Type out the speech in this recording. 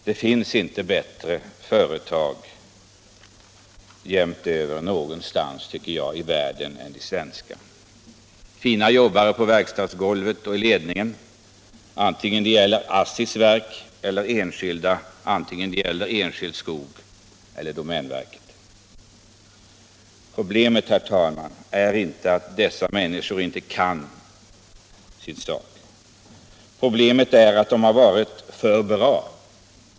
Det finns inte bättre företag någonstans i världen, tycker jag, än de svenska: fina jobbare på verkstadsgolvet och i ledningen, antingen det gäller ASSI:s verk eller enskilda, antingen det gäller enskild skog eller domänverkets. Problemet, herr talman, är inte att dessa människor inte kan sin sak. Ett problem är att de har varit för bra.